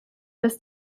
dass